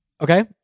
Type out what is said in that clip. okay